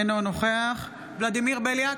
אינו נוכח ולדימיר בליאק,